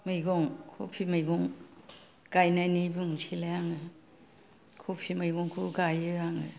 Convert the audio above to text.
मैगं कफि मैगं गायनायनि बुंनोसैलाय आङो कफि मैगंखौ गायो आङो